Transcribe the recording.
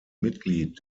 mitglied